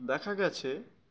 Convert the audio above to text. দেখা গেছে